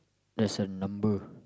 there's a number